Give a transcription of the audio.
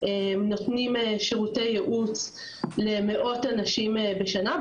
נותנים שירותי ייעוץ למאות אנשים בשנה,